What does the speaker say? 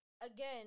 Again